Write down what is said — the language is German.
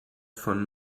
von